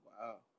Wow